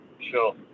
Sure